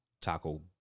taco